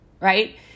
right